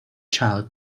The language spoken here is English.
child